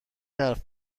حرف